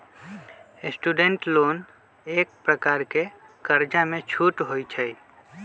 student loan एक प्रकार के कर्जामें छूट होइ छइ